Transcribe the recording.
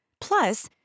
Plus